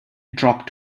drop